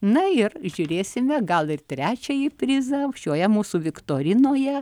na ir žiūrėsime gal ir trečiąjį prizą šioje mūsų viktorinoje